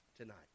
tonight